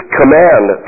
command